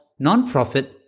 nonprofit